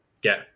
get